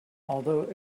although